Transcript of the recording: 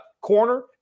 Corner